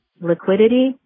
liquidity